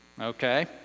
okay